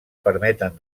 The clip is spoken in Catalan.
permeten